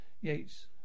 Yates